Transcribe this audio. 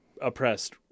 oppressed